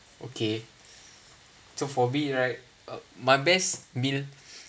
okay so for me right uh my best meal